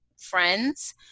friends